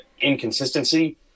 inconsistency